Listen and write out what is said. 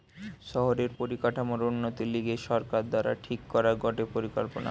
শহরের পরিকাঠামোর উন্নতির লিগে সরকার দ্বারা ঠিক করা গটে পরিকল্পনা